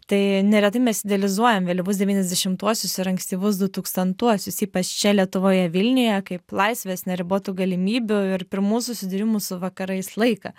tai neretai mes idealizuojam vėlyvus devyniasdešimtuosius ir ankstyvus dutūkstantuosius ypač čia lietuvoje vilniuje kaip laisvės neribotų galimybių ir pirmų susidūrimų su vakarais laiką